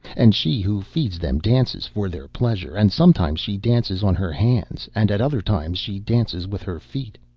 and she who feeds them dances for their pleasure, and sometimes she dances on her hands and at other times she dances with her feet.